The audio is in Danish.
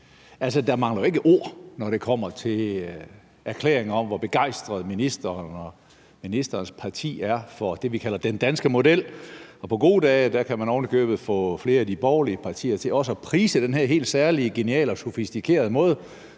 der mangler jo ikke ord, når det kommer til erklæringer om, hvor begejstrede ministeren og ministerens parti er for det, vi kalder den danske model. På gode dage kan man ovenikøbet få flere af de borgerlige partier til også at prise den her helt særlige, geniale og sofistikerede måde,